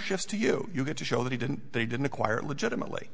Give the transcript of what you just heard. shifts to you you get to show that he didn't they didn't acquire it legitimately